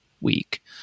week